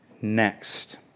next